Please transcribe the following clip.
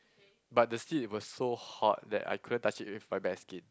but the seat was so hot that I couldn't touch it with my bare skin